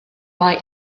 mae